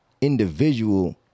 individual